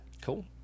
cool